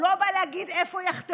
הוא לא בא להגיד איפה יחתכו.